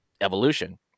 evolution